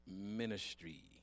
ministry